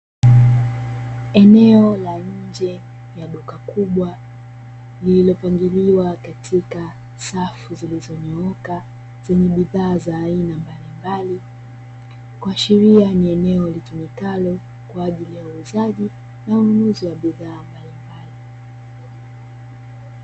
Eneo la nje ya duka kubwa, lilipangiliwa katika safu zilizonyooka, zenye bidhaa za aina mbalimbali kuashiria kuwa eneo litumikalo kwaaajili ya uuzaji na ununuzi wa bidhaa mbalimbali.